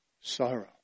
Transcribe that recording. sorrow